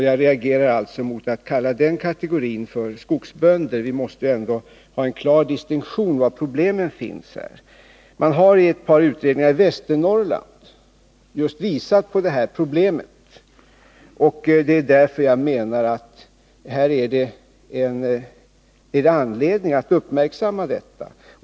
Jag reagerar mot att man kallar den kategorin för skogsbönder. Vi måste ha en klar distinktion mellan olika kategorier och ha klart för oss var problemen finns. Man har i ett par utredningar i Västernorrland visat på det här problemet. Jag menar att det finns anledning att uppmärksamma det.